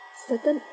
certain